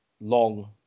long